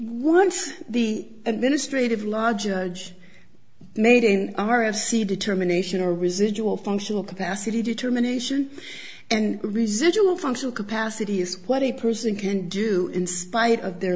once the administrative law judge made in our of c determination a residual functional capacity determination and residual functional capacity is what a person can do in spite of their